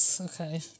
Okay